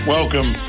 Welcome